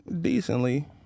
Decently